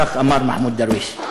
כך אמר מחמוד דרוויש.